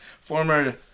former